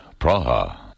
Praha